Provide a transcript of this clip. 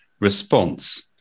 response